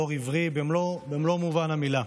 דור עברי במלוא מובן המילה,